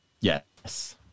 Yes